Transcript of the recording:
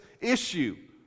issue